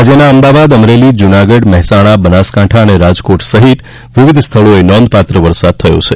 રાજ્યના અમરેલી જૂનાગઢ મહેસાણા બનાસકાંઠા અને રાજકોટ સહિત વિવિધ સ્થળોએ નોંધપાત્ર વરસાદ થયો છે